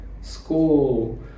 school